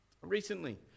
Recently